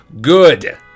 Good